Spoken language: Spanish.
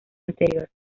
anterior